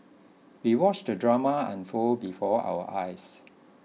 we watched the drama unfold before our eyes